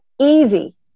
easy